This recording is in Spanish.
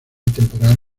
temporal